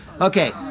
Okay